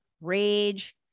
rage